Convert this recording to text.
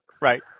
Right